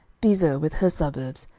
bezer with her suburbs,